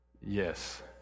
yes